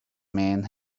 men